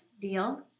Deal